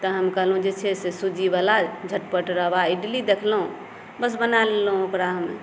तऽ हम कहलहुँ जे छै से सूजी वला झटपट रवा इडली देखलहुँ बस बना लेलहुँ ओकरा